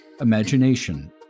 imagination